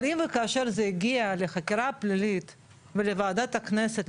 אבל אם וכאשר זה יגיע לחקירה פלילית ולוועדת הכנסת,